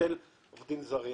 ברגע שעובדים זרים